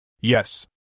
Yes